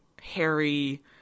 harry